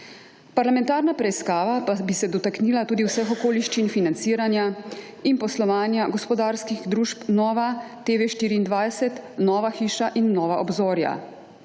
Parlamentarna preiskava pa bi se dotaknila tudi vseh okoliščin financiranja in poslovanja gospodarskih družb Nova TV24, Nova hiša in Nova obzorja,